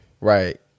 Right